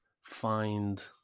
find